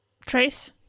Trace